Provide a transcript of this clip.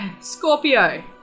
Scorpio